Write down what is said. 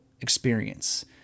experience